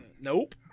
Nope